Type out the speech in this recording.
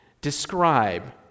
describe